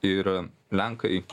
ir lenkai